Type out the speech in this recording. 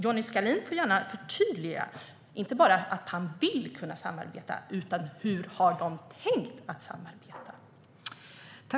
Johnny Skalin får gärna förtydliga, inte bara att ni vill kunna samarbeta utan hur ni har tänkt samarbeta.